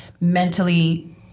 mentally